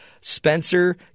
Spencer